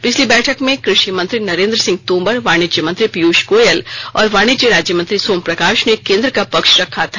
पिछली बैठक में कृषि मंत्री नरेन्द्र सिंह तोमर वाणिज्य मंत्री पीयूष गोयल और वाणिज्य राज्यमंत्री सोम प्रकाश ने केन्द्र का पक्ष रखा था